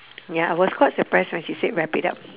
ya I was quite surprised when she said wrap it up